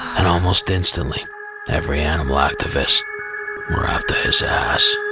and almost instantly every animal activists were after his ass